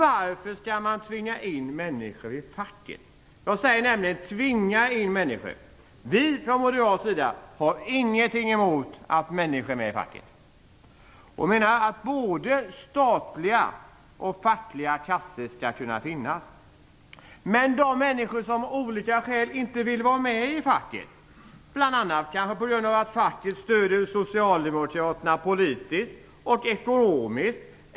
Varför skall man tvinga in människor i facket? Jag använder ordet "tvinga" in människor. Vi från moderat sida har inget emot att människor är med i facket. Det skall kunna finnas både statliga och fackliga kassor. De finns människor som av olika skäl inte vill vara med i facket, bl.a. kanske på grund av att facket stöder Socialdemokraterna politiskt och ekonomiskt.